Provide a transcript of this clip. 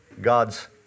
God's